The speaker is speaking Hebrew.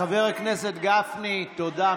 חבר הכנסת גפני, תודה.